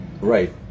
Right